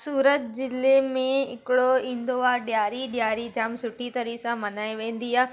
सूरत ज़िले में हिकिड़ो ईंदो आहे ॾियारी ॾियारी जाम सुठी तरीक़े सां मल्हाए वेंदी आहे